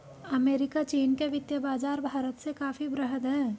America चीन के वित्तीय बाज़ार भारत से काफी वृहद हैं